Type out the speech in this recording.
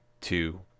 two